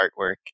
artwork